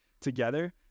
together